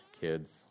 kids